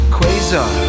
Quasar